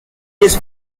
his